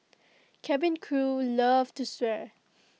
cabin crew love to swear